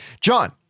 John